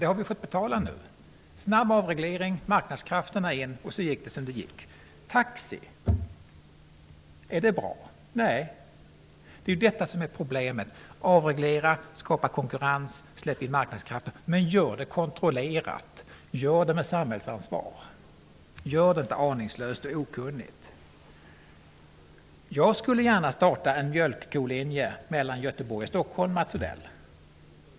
Det har vi fått betala nu: snabb avreglering, marknadskrafterna in och så gick det som det gick. Avreglerad taxi, är det bra? Nej. Detta är ju problemet. Avreglera, skapa konkurrens, släpp in marknadskrafterna, men gör det kontrollerat, gör det med samhällsansvar! Gör det inte aningslöst och okunnigt! Jag skulle gärna starta en mjölkkolinje mellan Göteborg och Stockholm, Mats Odell.